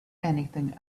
anything